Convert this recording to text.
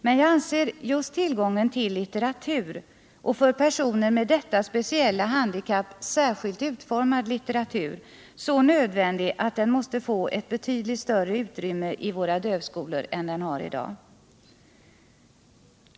Men jag anser just tillgången på litteratur — för personer med detta speciella handikapp särskilt utformad litteratur — så nödvändig, att den måste få ett betydligt större utrymme i våra dövskolor än den har i dag.